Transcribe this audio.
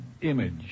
image